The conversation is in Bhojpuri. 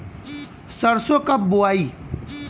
सरसो कब बोआई?